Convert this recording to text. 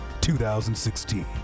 2016